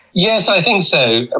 yes i think so. ah